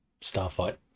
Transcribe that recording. starfight